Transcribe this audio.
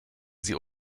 sie